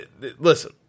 Listen